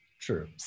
True